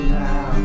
now